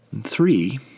Three